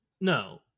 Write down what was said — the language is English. no